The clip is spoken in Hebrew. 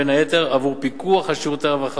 בין היתר עבור פיקוח על שירותי הרווחה,